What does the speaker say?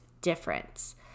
difference